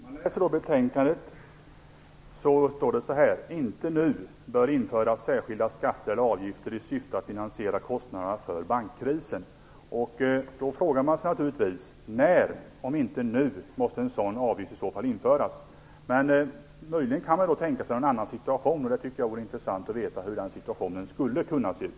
Herr talman! I betänkandet står det att "inte nu bör införas särskilda skatter och avgifter i syfte att finansiera kostnaderna för bankkrisen". Då frågar man sig naturligtvis: När, om inte nu, måste en sådan avgift i så fall införas? Man kan möjligen tänka sig en annan situation, och det skulle vara intressant att få veta hur den situationen skulle kunna se ut.